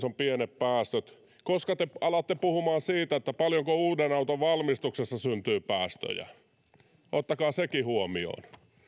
on pienet päästöt koska te alatte puhumaan siitä paljonko uuden auton valmistuksessa syntyy päästöjä ottakaa sekin huomioon